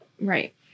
Right